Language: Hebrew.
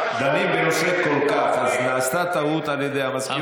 דנים בנושא כל כך, אז נעשתה טעות על ידי המזכירות.